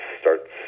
starts